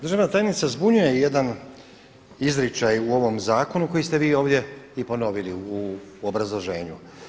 Državna tajnica zbunjuje jedan izričaj u ovom zakonu koji ste vi ovdje i ponovili u obrazloženju.